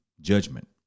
Judgment